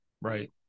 Right